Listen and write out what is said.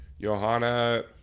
Johanna